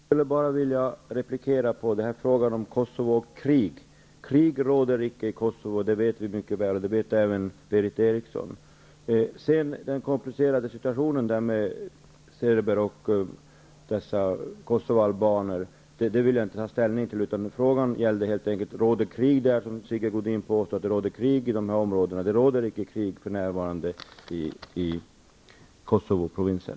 Herr talman! Jag skulle vilja replikera i fråga om Kosovo och krig. Krig råder icke i Kosovo, och det vet vi mycket väl. Det vet även Berith Eriksson. Den komplicerade situationen i vad gäller serber och Kosovoalbaner vill jag inte ta ställning till. Frågan gällde om det råder krig i de här områdena, som Sigge Godin påstod. Det råder icke för närvarande krig i Kosovoprovinsen.